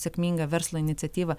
sėkminga verslo iniciatyva